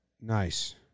Nice